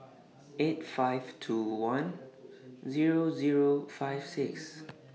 eight five two one Zero Zero five six